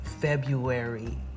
February